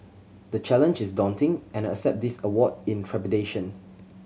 the challenge is daunting and I accept this award in trepidation